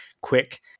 quick